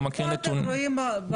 לא מכיר נתונים --- איפה אתם רואים בעיות?